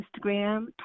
Instagram